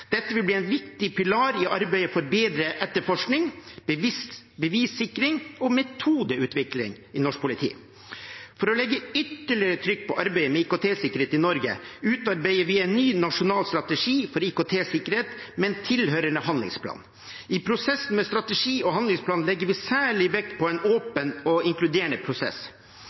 Dette vil bli en viktig pilar i arbeidet for bedre etterforskning, bevissikring og metodeutvikling i norsk politi. For å legge ytterligere trykk på arbeidet med IKT-sikkerhet i Norge utarbeider vi en ny nasjonal strategi for IKT-sikkerhet med en tilhørende handlingsplan. I prosessen med strategien og handlingsplanen legger vi særlig vekt på en åpen og inkluderende prosess.